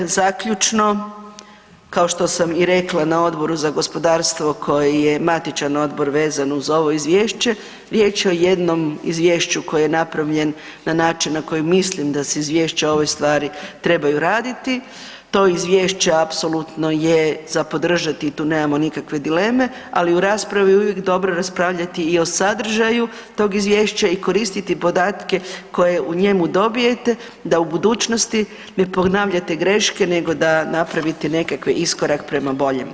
Zaključno, kao što sam i rekla na Odboru za gospodarstvo koje je matičan odbor vezan uz ovo izvješće, riječ je o jednom izvješću koje je napravljen na način na koji mislim da se izvješće o ovoj stvari trebaju raditi, to izvješće apsolutno za podržati i tu nemamo nikakve dileme, ali u raspravu uvijek je dobro raspravljati i o sadržaju tog izvješća i koristiti podatke koje u njemu dobijete da u budućnosti ne ponavljate greške nego da napravite nekakav iskorak prema boljem.